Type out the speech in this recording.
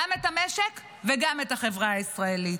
גם את המשק וגם את החברה הישראלית.